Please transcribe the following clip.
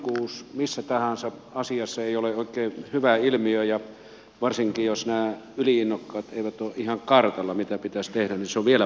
yli innokkuus missä tahansa asiassa ei ole oikein hyvä ilmiö ja varsinkin jos nämä yli innokkaat eivät ole ihan kartalla mitä pitäisi tehdä niin se on vielä pahempi